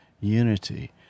unity